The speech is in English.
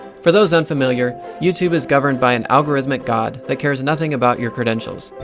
for those unfamiliar, youtube is governed by an algorithmic god that cares nothing about your credentials.